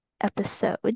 episode